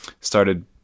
started